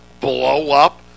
blow-up